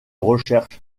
recherches